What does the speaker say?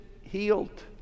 healed